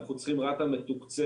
אנחנו צריכים רת"א מתוקצבת.